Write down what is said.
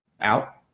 out